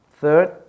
Third